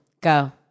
Go